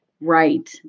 right